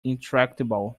intractable